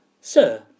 Sir